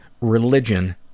religion